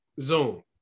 Zoom